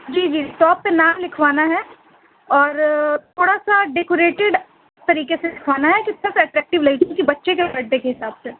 جی جی شٹاپ پہ نام لکھوانا ہے اور تھوڑا سا ڈیکوریٹیڈ طریقے سے لکھوانا ہے کس تک اٹریکٹیو لگی کیونکہ بچے کے برھ ڈے کے حساب سے